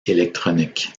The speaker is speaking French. électronique